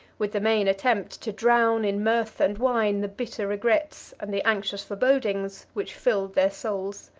with the vain attempt to drown in mirth and wine the bitter regrets and the anxious forebodings which filled their souls.